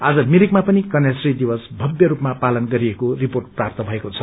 आज मिरिकमा पनि कन्याश्री दिवस भव्यस्पमा पालन गरिएको रिपोर्ट प्रात्त भएको छ